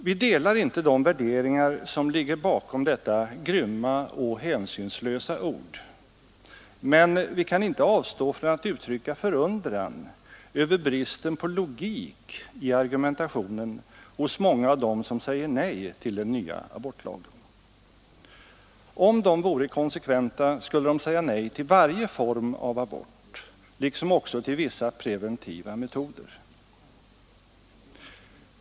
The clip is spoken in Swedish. Vi delar inte de värderingar som ligger bakom detta grymma och hänsynslösa ord, men vi kan inte avstå från att uttrycka förundran över bristen på logik i argumentationen hos många av dem som säger nej till den nya abortlagen. Om de vore konsekventa skulle de säga nej till varje form av abort liksom också till vissa preventiva metoder.